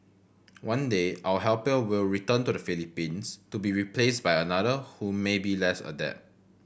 one day our helper will return to the Philippines to be replaced by another who may be less adept